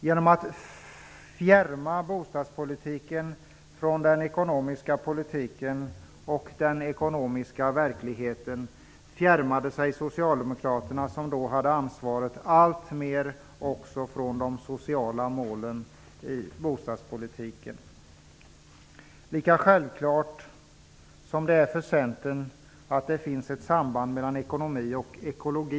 Genom att fjärma bostadspolitiken från den ekonomiska politiken och den ekonomiska verkligheten fjärmade sig Socialdemokraterna, som då hade ansvaret, alltmer också från de sociala målen i bostadspolitiken. Det är självklart för Centern att det finns ett samband mellan ekonomi och ekologi.